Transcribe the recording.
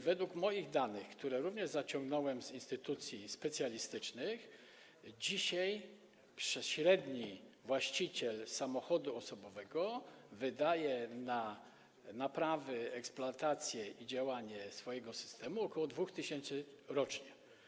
Według moich danych, które również uzyskałem z instytucji specjalistycznych, dzisiaj średnio właściciel samochodu osobowego wydaje na naprawy, eksploatację i działanie swojego systemu ok. 2 tys. rocznie.